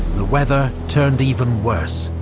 the weather turned even worse,